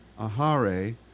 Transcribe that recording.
ahare